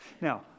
Now